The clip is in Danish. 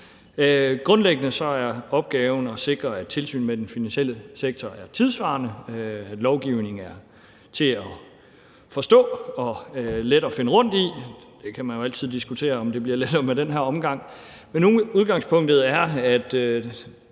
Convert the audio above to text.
Grundlæggende er opgaven at sikre, at tilsynet med den finansielle sektor er tidssvarende, og at lovgivningen er til at forstå og let at finde rundt i. Man kan jo altid diskutere, om det bliver lettere med den her omgang, men udgangspunktet er,